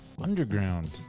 underground